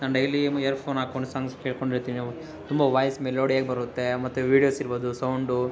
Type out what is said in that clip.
ನಾನು ಡೈಲೀಮು ಇಯರ್ಫೋನ್ ಹಾಕ್ಕೊಂಡು ಸಾಂಗ್ಸ್ ಕೇಳ್ಕೊಂಡಿರ್ತೀನಿ ಅವು ತುಂಬ ವಾಯ್ಸ್ ಮೆಲೋಡಿಯಾಗಿ ಬರುತ್ತೆ ಮತ್ತು ವೀಡಿಯೋಸ್ ಇರ್ಬೋದು ಸೌಂಡು